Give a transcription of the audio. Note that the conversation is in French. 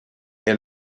est